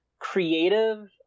creative